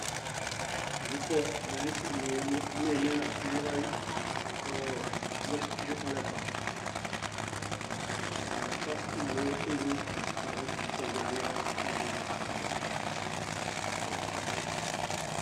Zipuo momusimo neemena muḃai olepa, olepa nole éḃe źipuo nihaŋezõ kaɭew bulepayo.